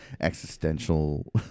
existential